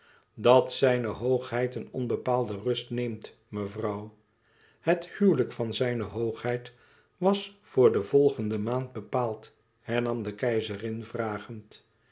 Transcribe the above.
dat zijne hoogheid een onbepaalde rust neemt mevrouw het huwelijk van zijne hoogheid was voor de volgende maand bepaald hernam de keizerin vragend